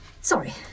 Sorry